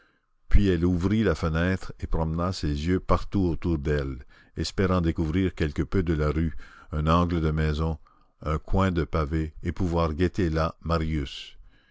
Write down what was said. puis elle ouvrit la fenêtre et promena ses yeux partout autour d'elle espérant découvrir quelque peu de la rue un angle de maison un coin de pavés et pouvoir guetter là marius